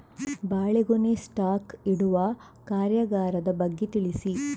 ಬಾಳೆಗೊನೆ ಸ್ಟಾಕ್ ಇಡುವ ಕಾರ್ಯಗಾರದ ಬಗ್ಗೆ ತಿಳಿಸಿ